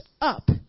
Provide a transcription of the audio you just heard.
up